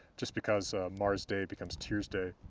just because mars' day becomes tyr's day,